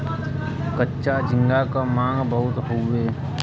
कच्चा झींगा क मांग बहुत हउवे